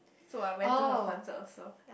so I went to her concert also